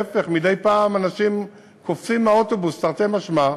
להפך, מדי פעם אנשים קופצים מהאוטובוס, תרתי משמע.